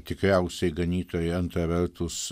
tikriausiai ganytojai antra vertus